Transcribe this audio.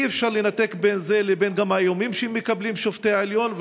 גם אי-אפשר לנתק בין זה לבין האיומים שמקבלים שופטי העליון.